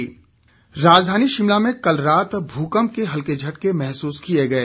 भुकंप राजधानी शिमला में कल रात भूकंप के हल्के झटके महसूस किए गए